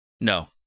No